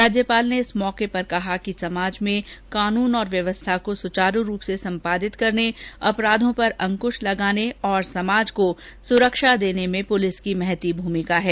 राज्यपाल ने इस अवसर पर कहा कि समाज में कानून और व्यवस्था को सुचारू रूप से सम्पादित करने अपराध पर अंक्श लगाने और समाज को सुरक्षा का वातावरण देने में पुलिस की महती भूमिका होती है